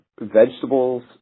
vegetables